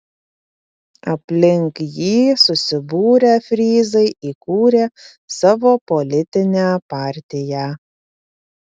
aplink jį susibūrę fryzai įkūrė savo politinę partiją